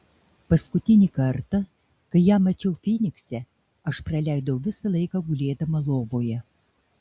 paskutinį kartą kai ją mačiau fynikse aš praleidau visą laiką gulėdama lovoje